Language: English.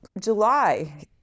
July